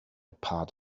part